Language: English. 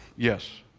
yes.